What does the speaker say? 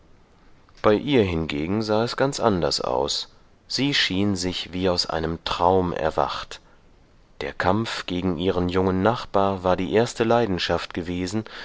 bei ihr hingegen sah es ganz anders aus sie schien sich wie aus einem traum erwacht der kampf gegen ihren jungen nachbar war die erste leidenschaft gewesen